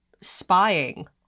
spying